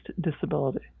disability